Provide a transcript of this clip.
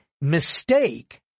mistake